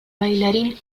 bailarín